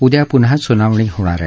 उद्या पुन्हा सुनावणी होणार आहे